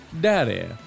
daddy